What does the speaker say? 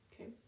Okay